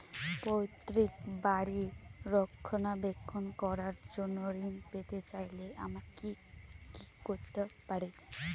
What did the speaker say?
পৈত্রিক বাড়ির রক্ষণাবেক্ষণ করার জন্য ঋণ পেতে চাইলে আমায় কি কী করতে পারি?